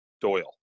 Doyle